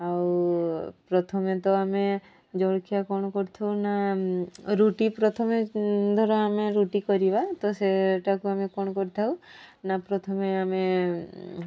ଆଉ ପ୍ରଥମେ ତ ଆମେ ଜଳଖିଆ କ'ଣ କରିଥାଉ ନା ରୁଟି ପ୍ରଥମେ ଧର ଆମେ ରୁଟି କରିବା ତ ସେଇଟାକୁ ଆମେ କ'ଣ କରିଥାଉ ନା ପ୍ରଥମେ ଆମେ